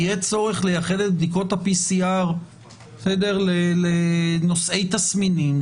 יהיה צורך לייחד את בדיקות ה-PCR לנושאי תסמינים,